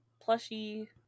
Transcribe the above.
plushy